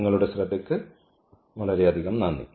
നിങ്ങളുടെ ശ്രദ്ധയ്ക്ക് വളരെയധികം നന്ദി